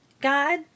God